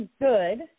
good